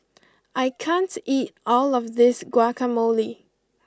I can't eat all of this Guacamole